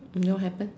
you know what happened